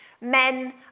Men